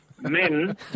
men